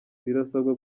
rirasabwa